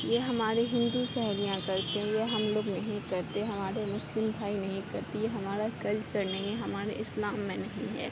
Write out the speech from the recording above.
یہ ہماری ہندو سہیلیاں کرتی ہیں یہ ہم لوگ نہیں کرتے ہمارے مسلم بھائی نہیں کرتے یہ ہمارا کلچر نہیں ہمارے اسلام میں نہیں ہے